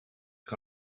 ist